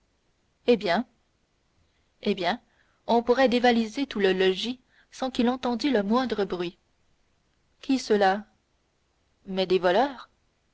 eh bien eh bien on pourrait dévaliser tout le logis sans qu'il entendît le moindre bruit qui cela mais des voleurs